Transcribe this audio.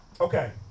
Okay